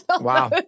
Wow